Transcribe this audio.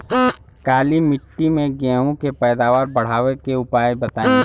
काली मिट्टी में गेहूँ के पैदावार बढ़ावे के उपाय बताई?